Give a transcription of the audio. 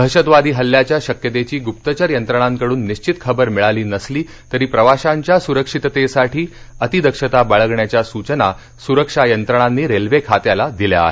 दहशतवादी हल्ल्याच्या शक्यतेची गुप्तचर यंत्रणांकडून निश्वित खबर मिळाली नसली तरी प्रवाशांच्या सुरक्षिततेसाठी अतिदक्षता बाळगण्याच्या सुचना सुरक्षा यंत्रणांनी रेल्वे खात्याला दिल्या आहेत